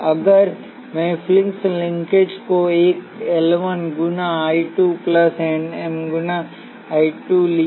अगर मैंने flux linkage को एल 1 गुना I 1 प्लस एम गुना I 2 लिया